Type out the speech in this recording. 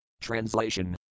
Translation